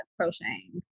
crocheting